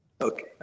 Okay